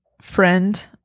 friend